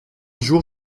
jour